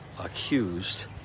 accused